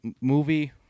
movie